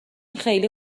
خیلی